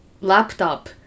laptop